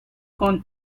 con